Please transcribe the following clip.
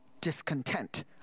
discontent